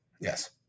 Yes